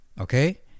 okay